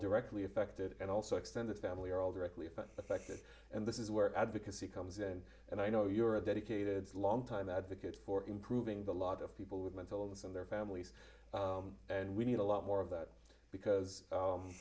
directly affected and also extended family are all directly affect affected and this is where advocacy comes in and i know you're a dedicated longtime advocate for improving the lot of people with mental illness and their families and we need a lot more of that because